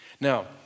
Now